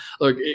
look